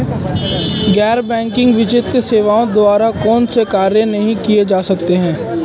गैर बैंकिंग वित्तीय सेवाओं द्वारा कौनसे कार्य नहीं किए जा सकते हैं?